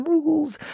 Rules